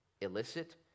illicit